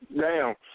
down